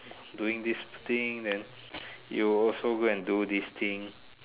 doing this thing then you also go and do this thing